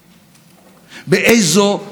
במדינה עם משטרה חלשה,